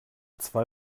zwei